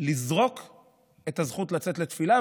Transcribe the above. לזרוק את הזכות לצאת לתפילה,